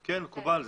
זה מקובל.